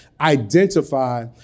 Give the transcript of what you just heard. identify